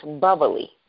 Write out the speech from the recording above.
bubbly